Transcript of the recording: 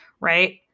Right